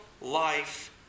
life